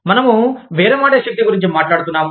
మనము బేరమాడే శక్తి గురించి మాట్లాడుతున్నాము